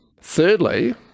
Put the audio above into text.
Thirdly